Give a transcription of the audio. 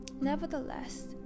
Nevertheless